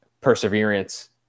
perseverance